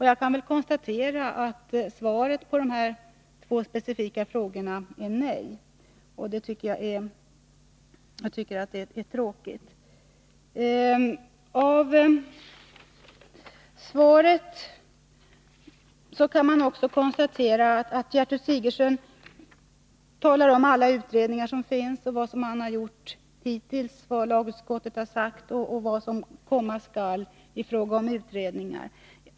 Jag kan konstatera att svaret på dessa två frågor är nej. Det tycker jag är tråkigt. Av svaret kan jag också konstatera att Gertrud Sigurdsen talar om alla utredningar som finns och vad som har gjorts hittills, vad lagutskottet har sagt och vad som komma skall i fråga om utredningar.